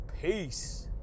Peace